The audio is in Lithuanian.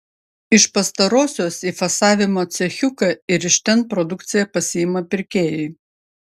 iš pastarosios į fasavimo cechiuką ir iš ten produkciją pasiima pirkėjai